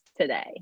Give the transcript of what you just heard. today